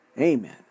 Amen